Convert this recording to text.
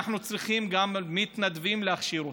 אנחנו צריכים גם מתנדבים, להכשיר אותם.